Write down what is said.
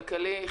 כלכלי,